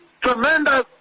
tremendous